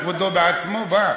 שר הביטחון בכבודו ובעצמו בא?